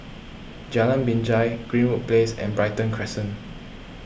Jalan Binjai Greenwood Place and Brighton Crescent